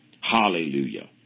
Hallelujah